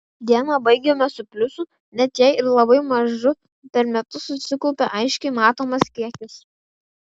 dieną baigiame su pliusu net jei ir labai mažu per metus susikaupia aiškiai matomas kiekis